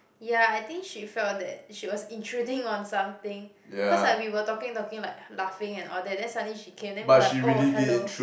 ya I think she felt that she was intruding on something cause like we were talking talking like laughing and all that then suddenly she came and we were like oh hello